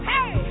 Hey